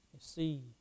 see